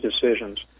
decisions